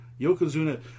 Yokozuna